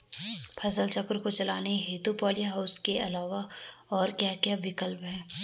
फसल चक्र को चलाने हेतु पॉली हाउस के अलावा और क्या क्या विकल्प हैं?